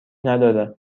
نداره